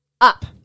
up